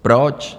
Proč?